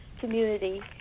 community